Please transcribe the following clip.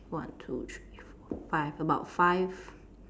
one two three four five about five